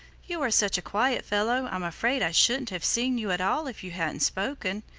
you are such a quiet fellow i'm afraid i shouldn't have seen you at all if you hadn't spoken.